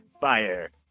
fire